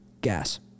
gas